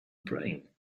brain